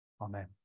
Amen